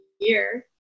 year